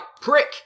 prick